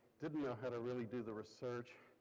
didnt know how to really do the research,